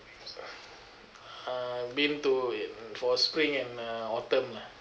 I've been to in for spring and um autumn lah